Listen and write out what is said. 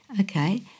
okay